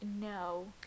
No